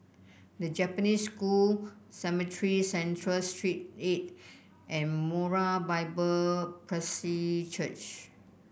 The Japanese School Cemetry Central Street Eight and Moriah Bible Presby Church